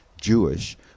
jewish